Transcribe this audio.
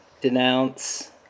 denounce